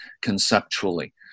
conceptually